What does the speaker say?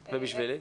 ובצדק.